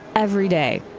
every day,